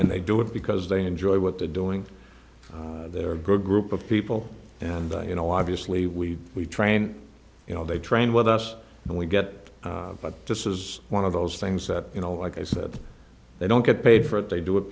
and they do it because they enjoy what they're doing they're good group of people and you know obviously we we train you know they train with us and we get it but this is one of those things that you know like i said they don't get paid for it they do it